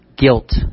Guilt